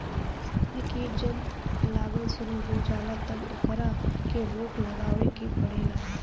फसल में कीट जब लागल शुरू हो जाला तब ओकरा के रोक लगावे के पड़ेला